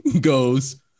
goes